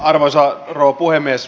arvoisa puhemies